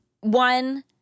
One